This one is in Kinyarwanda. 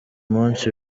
munsi